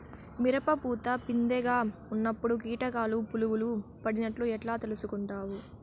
మిరప పూత పిందె గా ఉన్నప్పుడు కీటకాలు పులుగులు పడినట్లు ఎట్లా తెలుసుకుంటావు?